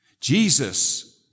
Jesus